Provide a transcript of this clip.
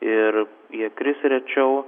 ir jie kris rečiau